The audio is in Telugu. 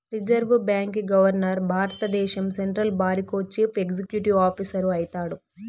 రిజర్వు బాంకీ గవర్మర్ భారద్దేశం సెంట్రల్ బారికో చీఫ్ ఎక్సిక్యూటివ్ ఆఫీసరు అయితాడు